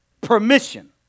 Permission